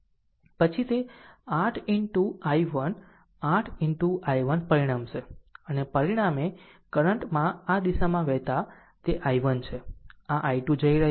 પછી તે 8 into I1 8 into I1 પરિણમશે અને પરિણામે કરંટ માં આ દિશામાં વહેતા તે I1 છે આ I2 જઈ રહ્યું છે